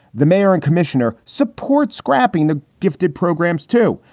the mayor and commissioner support scrapping the gifted programs, too,